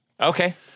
Okay